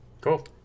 cool